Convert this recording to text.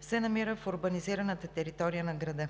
се намира в урбанизираната територия на града.